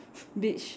beach